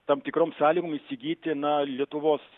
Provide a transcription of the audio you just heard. tam tikrom sąlygom įsigyti na lietuvos